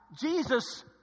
Jesus